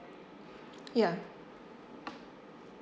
ya